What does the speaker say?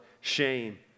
Shame